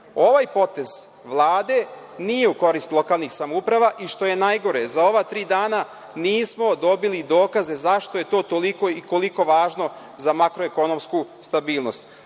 Ovaj potez Vlade nije u korist lokalnih samouprava i što je najgore, za ova tri dana nismo dobili dokaze zašto je to toliko i koliko važno za makroekonomsku stabilnost,